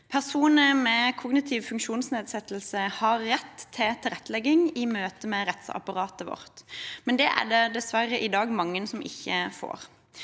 Personer med kognitiv funksjonsnedsettelse har rett til tilrettelegging i møte med rettsapparatet vårt, men det er det dessverre i dag mange som ikke får.